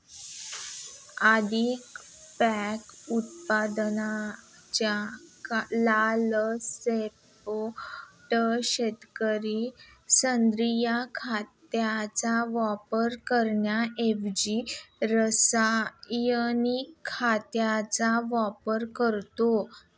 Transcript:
अधिक पीक उत्पादनाच्या लालसेपोटी शेतकरी सेंद्रिय खताचा वापर करण्याऐवजी रासायनिक खतांचा वापर करतो